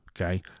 Okay